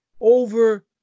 Over